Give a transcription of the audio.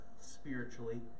spiritually